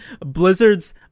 Blizzard's